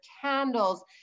candles